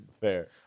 Fair